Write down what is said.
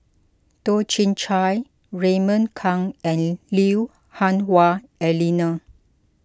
Toh Chin Chye Raymond Kang and Lui Hah Wah Elena